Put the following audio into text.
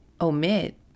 omit